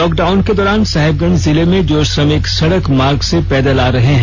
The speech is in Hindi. लॉकडाउन के दौरान साहिबगंज जिले में जो श्रमिक सड़क मार्ग से पैदल आ रहे हैं